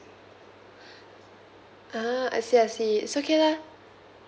ah I see I see it's okay lah